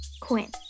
Quinn